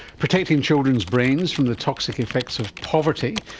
protecting children's brains from the toxic effects of poverty.